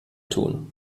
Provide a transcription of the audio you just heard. tun